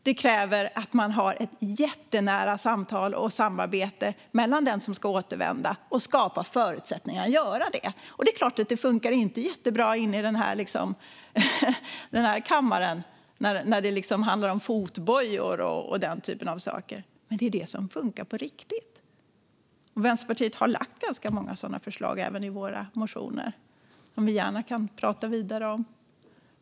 Det kräver ett jättenära samtal och samarbete med den som ska återvända och att skapa förutsättningar att göra det. Det är klart att det inte funkar jättebra i den här kammaren, när det handlar om fotbojor och den typen av saker. Men det är det som funkar på riktigt. Vänsterpartiet har lagt ganska många sådana förslag även i våra motioner, som vi gärna kan prata vidare om.